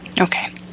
Okay